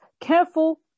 careful